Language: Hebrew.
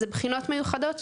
זה בחינות מיוחדות,